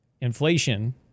Inflation